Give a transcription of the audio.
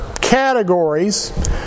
categories